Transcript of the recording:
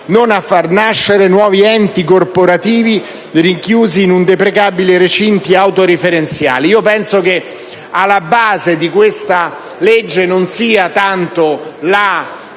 non a far nascere nuovi enti corporativi rinchiusi in deprecabili recinti autoreferenziali. Io penso che alla base di questa legge non vi sia tanto la